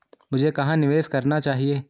मुझे कहां निवेश करना चाहिए?